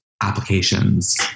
applications